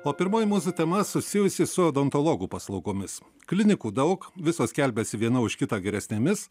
o pirmoji mūsų tema susijusi su odontologų paslaugomis klinikų daug visos skelbiasi viena už kitą geresnėmis